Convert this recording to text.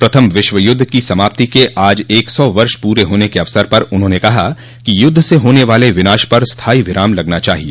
प्रथम विश्वयुद्ध की समाप्ति के आज एक सौ वष पूरे होने के अवसर पर उन्होंने कहा कि युद्ध से होने वाले विनाश पर स्थाई विराम लगना चाहिए